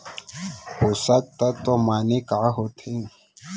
पोसक तत्व माने का होथे?